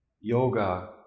yoga